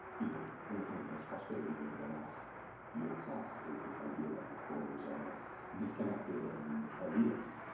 you know, one of the things that has frustrated me over the last year plus is this idea that reporters are disconnected and elitist.